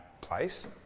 place